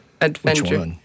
adventure